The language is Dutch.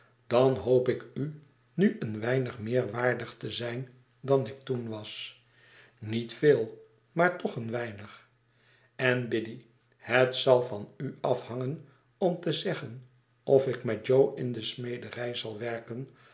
dan hoop ik u nu een weinig meer waardig te zijn dan ik toen was niet veel maar toch een weinig en biddy het zal van u af hangen om te zeggen of ik met jo in de smederij zal werken